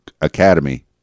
Academy